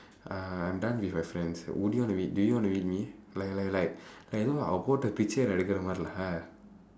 ah I'm done with my friends would you want to meet do you want to meet me like like like ஒன்னுமோ அவ போட்ட பிச்சையே நான் எடுக்குற மாதிரி:onnumoo ava pootda pichsaiyee naan edukkura maathiri lah